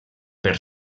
per